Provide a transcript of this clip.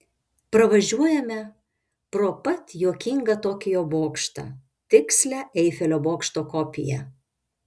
pravažiuojame pro pat juokingą tokijo bokštą tikslią eifelio bokšto kopiją